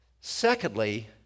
Secondly